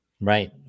right